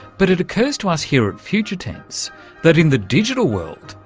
but it occurs to us here at future tense that in the digital world,